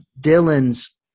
Dylan's